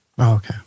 Okay